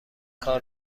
کار